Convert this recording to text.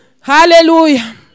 Hallelujah